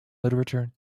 literature